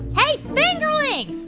hey, fingerling?